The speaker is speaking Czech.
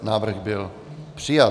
Návrh byl přijat.